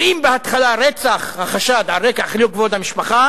אומרים בהתחלה: חשד של רצח על רקע חילול כבוד המשפחה,